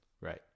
Right